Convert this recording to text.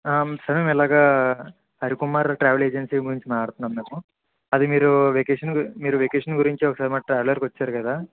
sir మేము ఇలాగ Harikumar travel agency నుంచి మాట్లాడుతున్నాము మేము అది మీరు వెకేషన్ గు మీరు వెకేషన్ గురించి ఒకసారి మా ట్రావిలర్కి వచ్చారు కదా